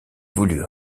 voulut